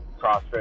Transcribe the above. CrossFit